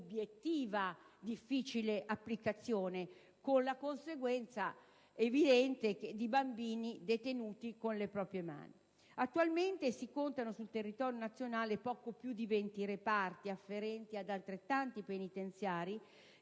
obiettiva, difficile applicazione, con la conseguenza evidente di bambini detenuti con le proprie madri. Attualmente sul territorio nazionale si contano poco più di 20 reparti, afferenti ad altrettanti penitenziari,